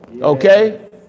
Okay